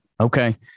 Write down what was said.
Okay